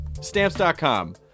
Stamps.com